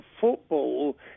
football